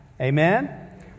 Amen